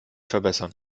verbessern